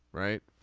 right.